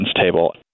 table